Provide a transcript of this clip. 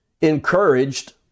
encouraged